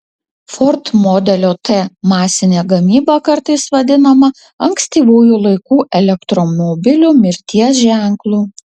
ford modelio t masinė gamyba kartais vadinama ankstyvųjų laikų elektromobilių mirties ženklu